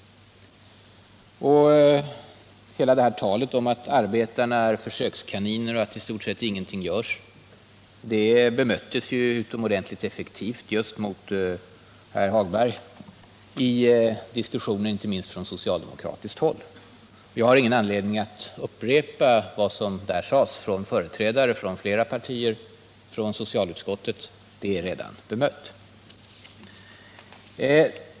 Hela det här talet om att arbetarna är ”försökskaniner” och att i stort sett ingenting görs bemöttes i diskussionen utomordentligt 33 effektivt just mot Lars-Ove Hagberg, inte minst från socialdemokratiskt håll. Jag har ingen anledning att upprepa vad som där sades från företrädare för flera partier i socialutskottet.